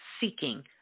seeking